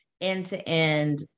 end-to-end